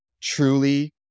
truly